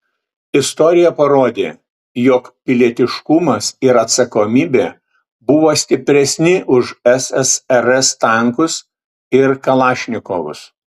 istorija parodė jog pilietiškumas ir atsakomybė buvo stipresni už ssrs tankus ir kalašnikovus